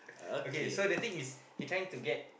okay so the thing is he trying to get